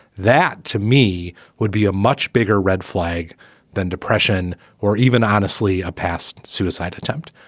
that to me would be a much bigger red flag than depression or even honestly a past suicide attempt.